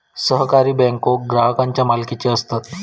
सहकारी बँको ग्राहकांच्या मालकीचे असतत